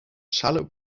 shallow